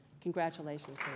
Congratulations